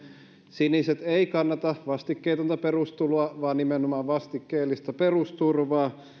siniset ei kannata vastikkeetonta perustuloa vaan nimenomaan vastikkeellista perusturvaa